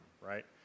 right